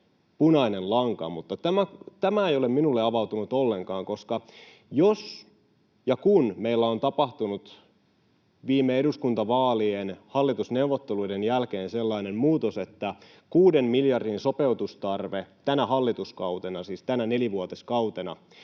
punainen lanka, mutta tämä ei ole minulle avautunut ollenkaan. Jos ja kun meillä on tapahtunut viime eduskuntavaalien ja hallitusneuvotteluiden jälkeen sellainen muutos, että sopeutustarve tänä hallituskautena, siis tänä nelivuotiskautena,